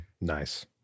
Nice